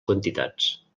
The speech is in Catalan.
quantitats